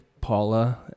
Paula